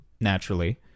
naturally